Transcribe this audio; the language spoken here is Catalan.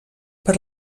per